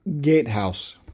gatehouse